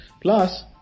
Plus